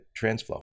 TransFlow